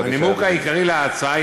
הנימוק העיקרי להצעה,